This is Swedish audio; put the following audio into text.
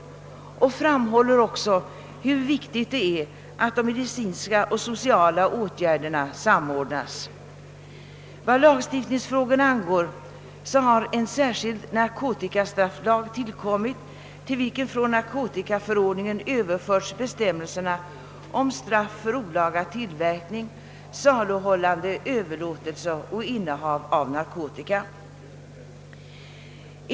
Departementschefen framhåller också hur viktigt det är att de medicinska och de sociala åtgärderna samordnas. Vad lagstiftningsfrågorna angår föreligger förslag till en särskild narkotikastrafflag, till vilken från narkotikaförordningen överförts bestämmelserna om straff för olaga tillverkning, saluhållande, överlåtelse och innehav av narkotika.